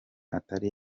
atari